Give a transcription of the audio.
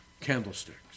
candlesticks